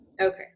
Okay